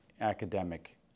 academic